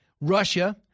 Russia